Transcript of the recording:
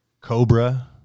Cobra